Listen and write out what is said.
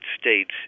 States